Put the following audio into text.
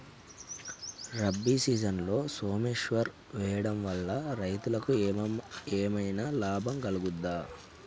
రబీ సీజన్లో సోమేశ్వర్ వేయడం వల్ల రైతులకు ఏమైనా లాభం కలుగుద్ద?